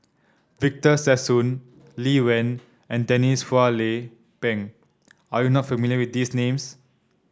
Victor Sassoon Lee Wen and Denise Phua Lay Peng are you not familiar with these names